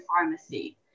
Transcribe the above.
pharmacy